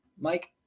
Mike